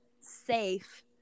safe